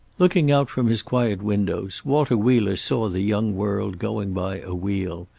looking out from his quiet windows walter wheeler saw the young world going by a-wheel,